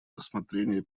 рассмотрение